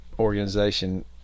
Organization